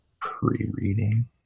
Pre-reading